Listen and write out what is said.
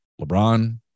LeBron